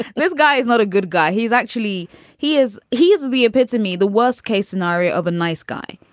and this guy is not a good guy. he's actually he is he is the epitome. the worst case scenario of a nice guy.